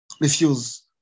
refuse